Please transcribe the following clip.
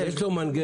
אז זה בסדר.